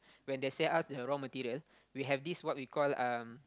when they sell out the raw material we have this what we call um